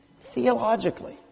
Theologically